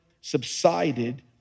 subsided